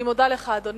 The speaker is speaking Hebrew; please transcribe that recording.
אני מודה לך, אדוני.